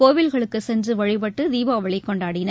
கோவில்களுக்குசென்றுவழிபட்டுதீபாவளிகொண்டாடினர்